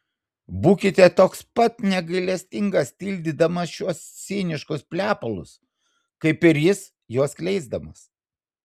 būkite toks pat negailestingas tildydamas šiuos ciniškus plepalus kaip ir jis juos skleisdamas